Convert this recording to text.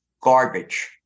garbage